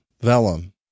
vellum